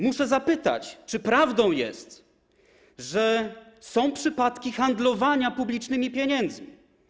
Muszę zapytać, czy prawdą jest, że są przypadki handlowania publicznymi pieniędzmi.